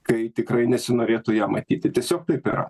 kai tikrai nesinorėtų ją matyti tiesiog taip yra